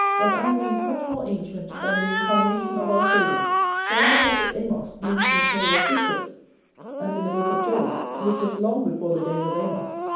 that angling is much more ancient than the incarnation of our saviour for in the prophet amos mention is made of fish-hooks and in the book of job, which was long before the days of amos,